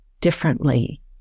differently